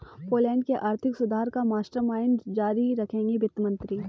Poland के आर्थिक सुधार का मास्टरमाइंड जारी रखेंगे वित्त मंत्री